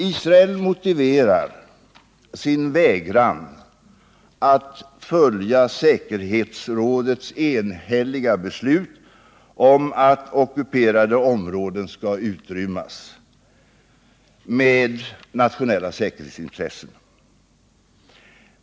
Israel motiverar sin vägran att följa säkerhetsrådets enhälliga beslut om att ockuperade områden skall utrymmas med nationella säkerhetsintressen.